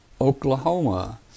Oklahoma